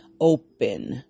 open